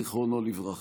זכרו לברכה.